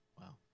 Wow